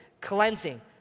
cleansing